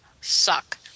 suck